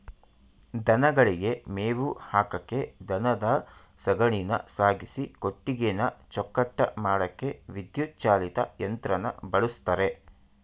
ದನಗಳಿಗೆ ಮೇವು ಹಾಕಕೆ ದನದ ಸಗಣಿನ ಸಾಗಿಸಿ ಕೊಟ್ಟಿಗೆನ ಚೊಕ್ಕಟ ಮಾಡಕೆ ವಿದ್ಯುತ್ ಚಾಲಿತ ಯಂತ್ರನ ಬಳುಸ್ತರೆ